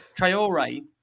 Traore